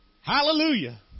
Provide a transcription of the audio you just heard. Hallelujah